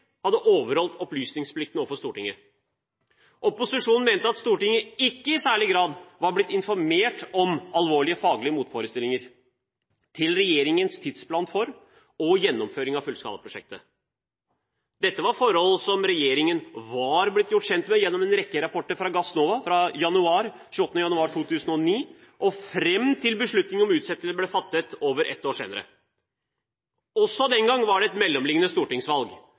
hadde overholdt opplysningsplikten overfor Stortinget. Opposisjonen mente at Stortinget ikke i særlig grad var blitt informert om alvorlige faglige motforestillinger til regjeringens tidsplan for – og gjennomføring av – fullskalaprosjektet. Dette var forhold som regjeringen var blitt gjort kjent med gjennom en rekke rapporter fra Gassnova fra 28. januar 2009 og fram til beslutningen om utsettelse ble fattet over ett år senere. Også den gang var det et mellomliggende stortingsvalg